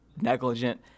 negligent